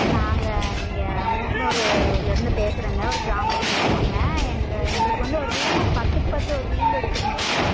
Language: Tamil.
நாங்கள் இங்கே மூக்கனூர்லேருந்து பேசுறேங்க ஒரு கிராமத்தில் இருக்கோங்க எங்கள் எங்களுக்கு வந்து ஒரு ரூம்மு பத்துக்கு பத்து ஒரு ரூமெடுக்கணுங்க